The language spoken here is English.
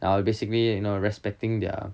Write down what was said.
uh basically you know respecting their